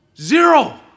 Zero